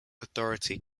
authority